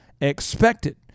expected